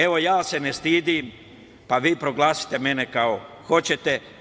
Evo, ja se ne stidim, pa vi proglasite mene kako hoćete.